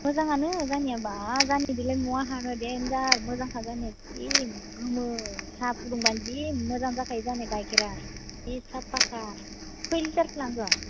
मोजांआनो जोंनिया बा जोंनिजोंलाय बहा हानो देनजार मोजांखा जोंनिया जि गोमो साहा फुदुंबानो जि मोजां जाखायो जोंनि गाइखेरा जि साफाखा खै लिटारसो लांगोन